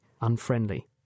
unfriendly